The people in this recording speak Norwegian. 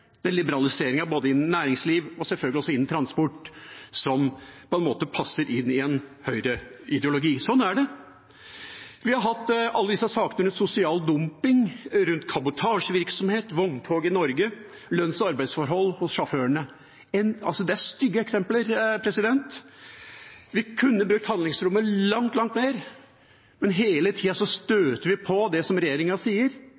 innen næringsliv, og sjølsagt også innen transport – som på en måte passer inn i en høyreideologi. Sånn er det. Vi har hatt alle disse sakene rundt sosial dumping, kabotasjevirksomhet, vogntog i Norge, lønns- og arbeidsforhold hos sjåførene, og det er altså stygge eksempler. Vi kunne brukt handlingsrommet langt, langt mer, men vi støter hele tida på det som regjeringa sier